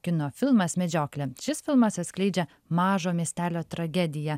kino filmas medžioklė šis filmas atskleidžia mažo miestelio tragediją